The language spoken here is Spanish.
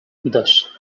dos